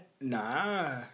Nah